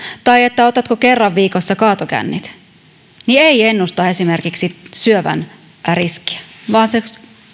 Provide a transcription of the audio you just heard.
tai otatko kerran viikossa kaatokännit ei ennusta esimerkiksi syövän riskiä vaan se